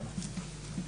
בבקשה.